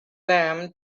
them